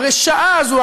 הרשעה הזאת,